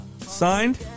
Signed